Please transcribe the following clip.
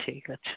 ঠিক আছে